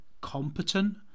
competent